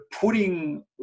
putting